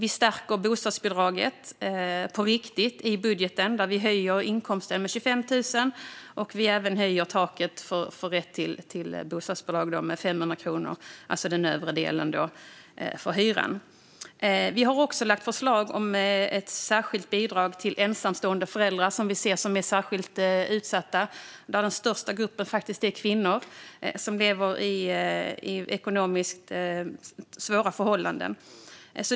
I vår budget stärker vi också bostadsbidraget. Vi höjer inkomsten med 25 000 och hyrestaket för rätt till bostadsbidrag med 500 kronor. Vi har också lagt fram förslag om ett särskilt bidrag till ensamstående föräldrar, som vi ser är särskilt utsatta. Den största gruppen här är kvinnor som lever under ekonomiskt svåra förhållanden.